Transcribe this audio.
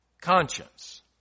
conscience